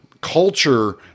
culture